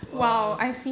!wow!